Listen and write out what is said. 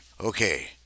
Okay